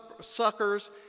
suckers